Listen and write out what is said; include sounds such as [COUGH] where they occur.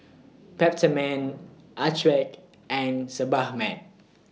Peptamen Accucheck and [UNINTELLIGIBLE]